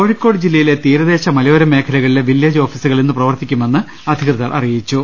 കോഴിക്കോട് ജില്ലയിലെ തീരദേശ മലയോര മേഖലകളിലെ വില്ലേജ് ഓഫീസു കൾ ഇന്ന് പ്രവർത്തിക്കുമെന്ന് അധികൃതർ അറിയിച്ചു